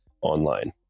online